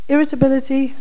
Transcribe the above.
Irritability